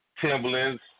Timberlands